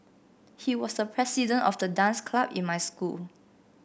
he was the president of the dance club in my school